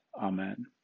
Amen